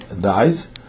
dies